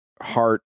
heart